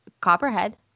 copperhead